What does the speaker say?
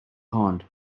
pond